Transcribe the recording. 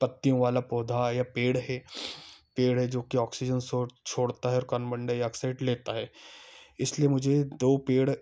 पत्तियों वाला पौधा या पेड़ है पेड़ है जो कि ऑक्सीजन स्रोत छोड़ता है और कनबंडाई ऑक्साइड लेता है इसलिए मुझे दो पेड़